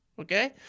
Okay